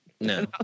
No